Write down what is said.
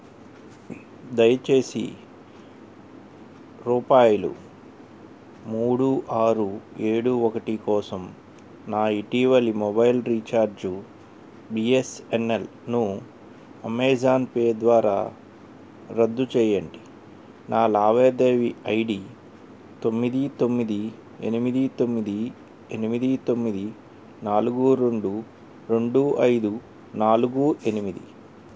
దయచేసి రూపాయిలు మూడు ఆరు ఏడు ఒకటి కోసం నా ఇటీవలి మొబైల్ రీఛార్జు బీఎస్ఎన్ఎల్ను అమెజాన్ పే ద్వారా రద్దు చేయండి నా లావేదేవీ ఐడి తొమ్మిది తొమ్మిది ఎనిమిది తొమ్మిది ఎనిమిది తొమ్మిది నాలుగు రెండు రెండు ఐదు నాలుగు ఎనిమిది